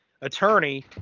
attorney